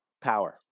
power